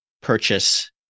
purchase